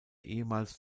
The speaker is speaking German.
ehemals